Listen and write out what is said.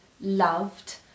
loved